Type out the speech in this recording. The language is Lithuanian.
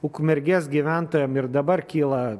ukmergės gyventojam ir dabar kyla